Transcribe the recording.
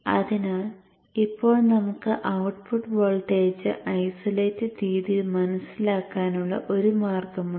അതിനാൽ ഇപ്പോൾ നമുക്ക് ഔട്ട്പുട്ട് വോൾട്ടേജ് ഐസൊലേറ്റഡ് രീതിയിൽ മനസ്സിലാക്കാനുള്ള ഒരു മാർഗമുണ്ട്